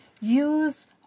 use